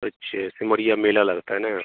अच्छा सिमरिया मेला लगता है ना